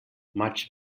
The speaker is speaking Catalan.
maig